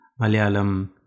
Malayalam